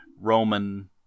Roman